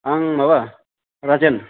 आं माबा राजेन